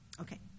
Okay